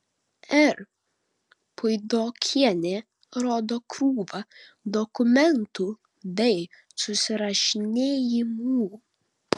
r puidokienė rodo krūvą dokumentų bei susirašinėjimų